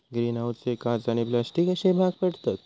green हाऊसचे काच आणि प्लास्टिक अश्ये भाग पडतत